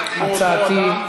למדבר?